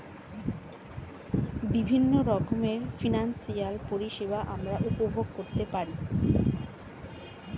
বিভিন্ন রকমের ফিনান্সিয়াল পরিষেবা আমরা উপভোগ করতে পারি